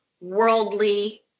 worldly